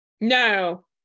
no